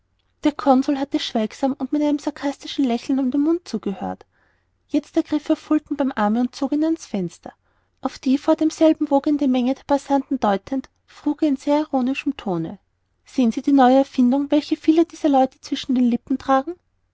der consul hatte schweigsam und mit einem sarkastischen lächeln um den mund zugehört jetzt ergriff er fulton beim arme und zog ihn an's fenster auf die vor demselben wogende menge der passanten deutend frug er in einem sehr ironischen tone sehen sie die neue erfindung welche viele dieser leute zwischen den lippen tragen